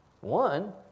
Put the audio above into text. One